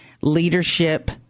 Leadership